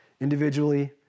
individually